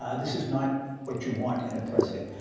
ah this is not what you want in a president.